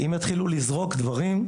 אם יתחילו לזרוק דברים,